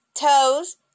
toes